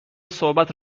صحبت